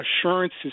assurances